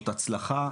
זאת הצלחה,